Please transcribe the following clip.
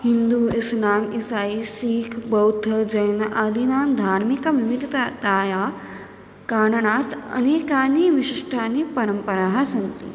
हिन्दु इस्लाम् इसायि सीक् बौद्ध जैन आदीनां धार्मिकविविधतायाः तायाः कारणात् अनेकाः विशिष्टाः परम्पराः सन्ति